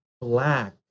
black